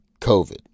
COVID